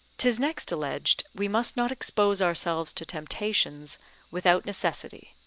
tis next alleged we must not expose ourselves to temptations without necessity,